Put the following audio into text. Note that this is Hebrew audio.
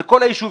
על כל הישובים.